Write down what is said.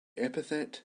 epithet